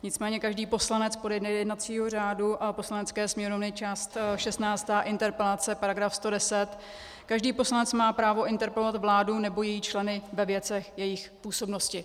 Nicméně každý poslanec podle jednacího řádu Poslanecké sněmovny část šestnáctá Interpelace § 110 každý poslanec má právo interpelovat vládu nebo její členy ve věcech jejich působnosti.